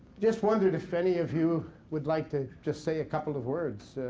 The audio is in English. just wondered if any of you would like to just say a couple of words.